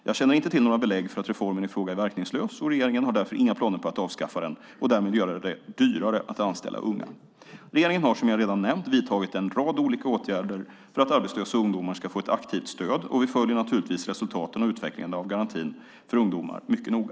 Jag känner inte till några belägg för att reformen i fråga är verkningslös, och regeringen har därför inga planer på att avskaffa den och därmed göra det dyrare att anställa unga. Regeringen har, som jag redan nämnt, vidtagit en rad olika åtgärder för att arbetslösa ungdomar ska få ett aktivt stöd, och vi följer naturligtvis resultaten och utvecklingen av garantin för ungdomar mycket noga.